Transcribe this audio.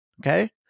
Okay